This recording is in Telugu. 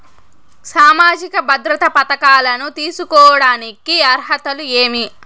సామాజిక భద్రత పథకాలను తీసుకోడానికి అర్హతలు ఏమి?